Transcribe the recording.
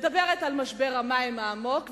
מדברת על משבר המים העמוק,